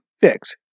fix